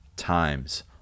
times